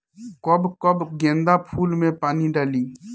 कब कब गेंदा फुल में पानी डाली?